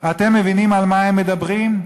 אתם מבינים על מה הם מדברים?